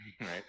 Right